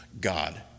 God